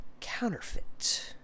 counterfeit